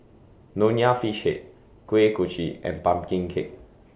Nonya Fish Head Kuih Kochi and Pumpkin Cake